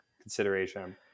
consideration